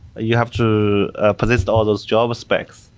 you have to persist all those job specs.